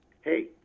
hey